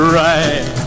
right